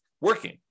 working